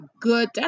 good